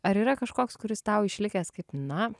ar yra kažkoks kuris tau išlikęs kaip na